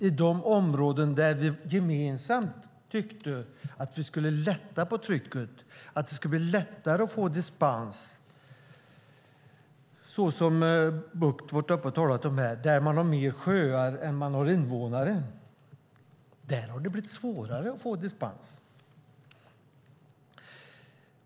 I de områden där vi gemensamt tyckte att vi skulle lätta på trycket och att det skulle bli lättare att få dispens - såsom Bucht har talat om, där man har mer sjöar än man har invånare - har det blivit svårare att få dispens.